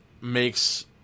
makes